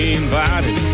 invited